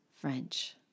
French